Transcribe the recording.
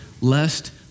lest